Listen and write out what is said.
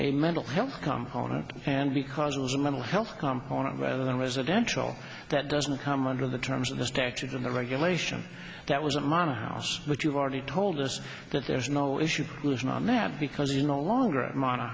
a mental health component and because it was a mental health component rather than residential that doesn't come under the terms of the statute and the regulation that was a money house but you've already told us that there's no issue listen on that because you no longer mine a